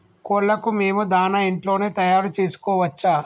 కోళ్లకు మేము దాణా ఇంట్లోనే తయారు చేసుకోవచ్చా?